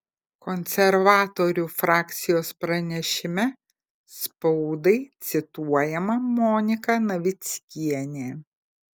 konservatorių frakcijos pranešime spaudai cituojama monika navickienė